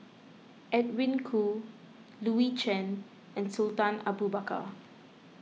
Edwin Koo Louis Chen and Sultan Abu Bakar